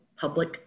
public